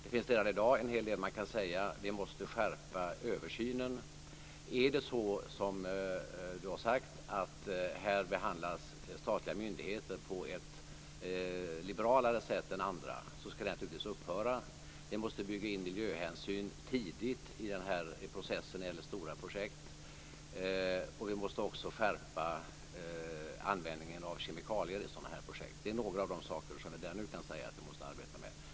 Det finns redan i dag en hel del som man kan säga. Vi måste skärpa översynen. Om det är som Kjell-Erik Karlsson har sagt om att statliga myndigheter här behandlas på ett liberalare sätt än andra skall det naturligtvis upphöra. Vi måste bygga in miljöhänsyn tidigt i denna process när det gäller stora projekt. Och vi måste också skärpa användningen av kemikalier i sådana projekt. Det är några av de saker som jag redan nu kan säga att vi måste arbeta med.